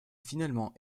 finalement